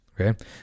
Okay